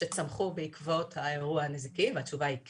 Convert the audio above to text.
שצמחו בעקבות האירוע הנזיקי, והתשובה היא כן.